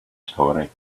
story